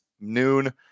noon